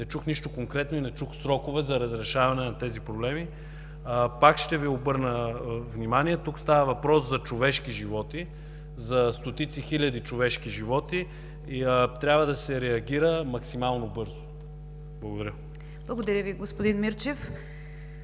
не чух нищо конкретно и не чух срокове за разрешаване на тези проблеми. Пак ще Ви обърна внимание: тук става въпрос за човешки животи, за стотици хиляди човешки животи и трябва да се реагира максимално бързо. Благодаря. ПРЕДСЕДАТЕЛ НИГЯР ДЖАФЕР: Благодаря Ви, господин Мирчев.